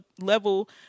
level